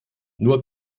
nur